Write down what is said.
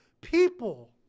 people